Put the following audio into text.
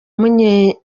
munyenyezi